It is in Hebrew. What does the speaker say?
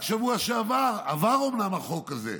רק בשבוע שעבר עבר אומנם החוק הזה,